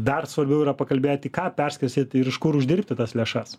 dar svarbiau yra pakalbėti ką perskaityt iš kur uždirbti tas lėšas